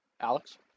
Alex